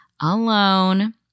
alone